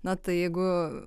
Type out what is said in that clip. na tai jeigu